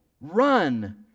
run